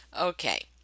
Okay